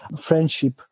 friendship